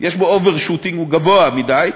יש overshooting, הוא גבוה מדי,